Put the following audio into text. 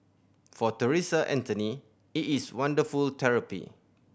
for Theresa Anthony it is wonderful therapy